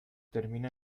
termina